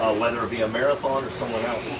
whether it be a marathon or someone else.